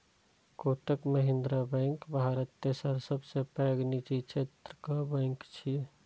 Kotak Mahindra bank Bharat तेसर सबसं पैघ निजी क्षेत्रक बैंक छियै